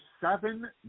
seven